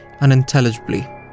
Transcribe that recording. unintelligibly